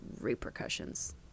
repercussions